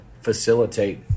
facilitate